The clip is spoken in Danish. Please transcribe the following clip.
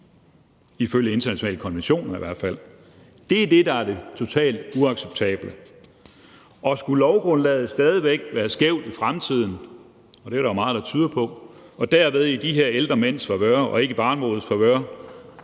ifølge internationale konventioner. Det er det, der er det totalt uacceptable, og skulle lovgrundlaget stadig væk være skævt i fremtiden, og det er der jo meget, der tyder på, og derved i de her ældre mænds favør og ikke i barnebrudenes favør,